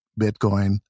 Bitcoin